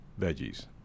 veggies